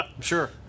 sure